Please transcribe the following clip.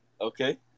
Okay